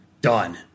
Done